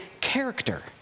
character